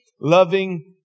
loving